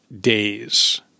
days